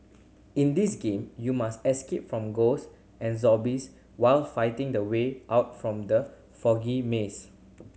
in this game you must escape from ghost and zombies while finding the way out from the foggy maze